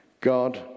God